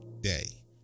day